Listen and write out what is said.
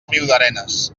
riudarenes